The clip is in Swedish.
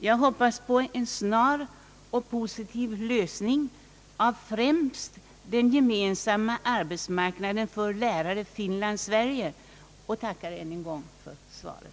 Jag hoppas på en snar och positiv lösning av främst frågan om den gemensamma arbetsmarknaden för lärare Finland-Sverige och tackar än en gång för svaret.